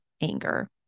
anger